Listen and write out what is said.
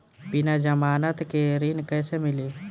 बिना जमानत के ऋण कैसे मिली?